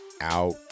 out